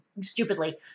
stupidly